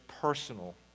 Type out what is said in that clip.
personal